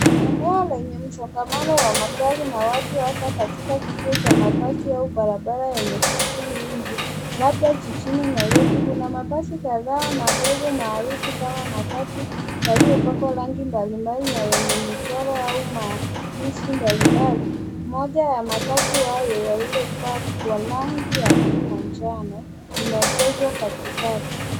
Eneo lenye msongamano wa magari na watu hasa katika kituo cha mabasi au barabara yenye shughuli nyingi labda jijini nairobi. Kuna mabasi kadhaa madogo maarufu kama matatu yaliyopakwa rangi mbalimbali na yenye michoro au maandishi mbalimbali. Moja ya matatu hayo yaliyopakwa rangi ya buluu na njano limeegeshwa katikati.